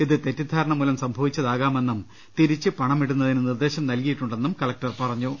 ഇത് തെറ്റിദ്ധാരണമൂലം സംഭവിച്ചതാകാമെന്നും തിരിച്ച് പണമിടുന്നതിന് നിർദ്ദേശം നൽകിയിട്ടുണ്ടെന്നും കളക്ടർ അറിയിച്ചു